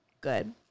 Good